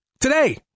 today